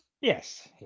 Yes